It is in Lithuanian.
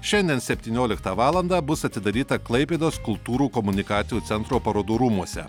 šiandien septynioliktą valandą bus atidaryta klaipėdos kultūrų komunikacijų centro parodų rūmuose